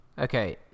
Okay